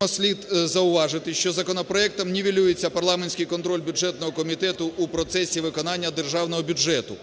К.Є. Слід зауважити, що законопроектом нівелюється парламентський контроль бюджетного комітету у процесі виконання державного бюджету,